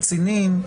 קצינים,